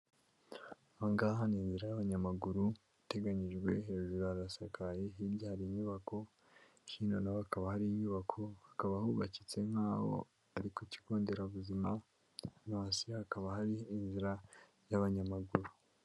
Aha ngaha ni inzira y'abanyamaguru iteganyijwe, hejuru harasakaye, hirya hari inyubako, hino na ho hakaba hari inyubako, hakaba hubakitse nk'aho ari ku kigo nderabuzima, no hasi hakaba hari inzira y'abanyamaguru.